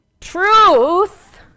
Truth